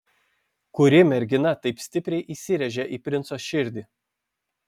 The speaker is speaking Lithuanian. kuri mergina taip stipriai įsirėžė į princo širdį